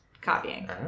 copying